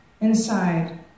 inside